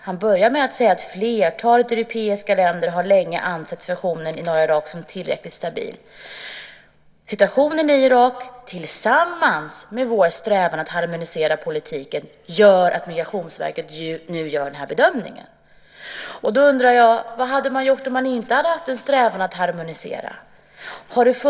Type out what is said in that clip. Han börjar med att säga: Flertalet europeiska länder har länge ansett situationen i norra Irak som tillräckligt stabil. Sedan säger han att situationen i Irak tillsammans med vår strävan att harmonisera politiken gör att Migrationsverket nu gör den här bedömningen. Då undrar jag: Vad hade man gjort om man inte hade haft en strävan att harmonisera?